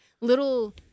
little